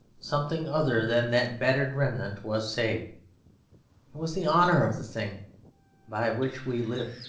something other than that battered remnant was saved it was the honour of the thing by which we live.